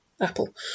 apple